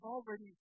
already